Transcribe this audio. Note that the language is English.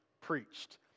preached